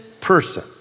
person